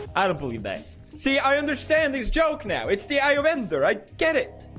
i don't believe that see i understand these joke now it's the eye of ensor. i get it.